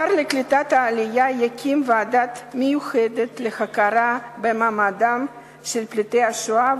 השר לקליטת העלייה יקים ועדה מיוחדת להכרה במעמדם של פליטי השואה,